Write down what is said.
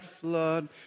flood